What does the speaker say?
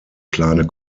kleine